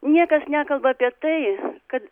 niekas nekalba apie tai kad